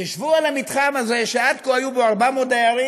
חשבו על המתחם הזה, שעד כה היו בו 400 דיירים